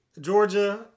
Georgia